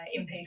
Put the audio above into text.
MP